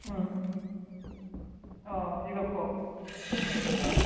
उम अह जिगाबखौ अह